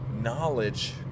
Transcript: knowledge